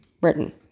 Britain